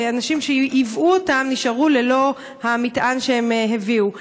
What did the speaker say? ואנשים שייבאו אותם נשארו ללא המטען שהם הביאו.